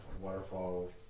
waterfall